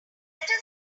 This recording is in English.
letter